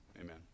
Amen